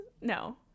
no